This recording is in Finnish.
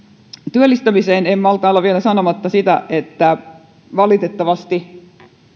työllistämiseen liittyen en malta olla vielä sanomatta sitä että valitettavasti